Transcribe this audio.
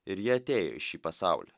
ir ji atėjo į šį pasaulį